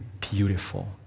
beautiful